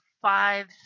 five